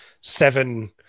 seven